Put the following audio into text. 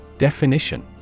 Definition